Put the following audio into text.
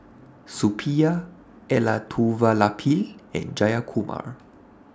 Suppiah Elattuvalapil and Jayakumar